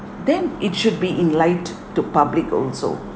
then it should be in light to public also